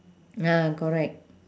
ah correct